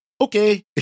Okay